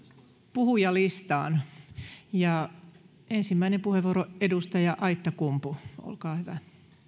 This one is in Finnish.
puhujalistaan ja ensimmäinen puheenvuoro edustaja aittakumpu olkaa hyvä